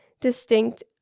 distinct